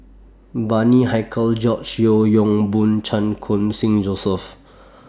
Bani Haykal George Yeo Yong Boon Chan Khun Sing Joseph